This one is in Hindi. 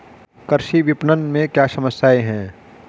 कृषि विपणन में क्या समस्याएँ हैं?